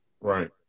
right